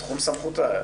ותחום סמכותה.